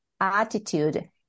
attitude